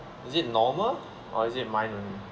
is it normal or is it mine only